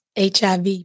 HIV